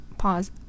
Pause